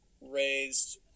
raised